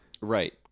Right